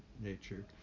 nature